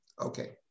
Okay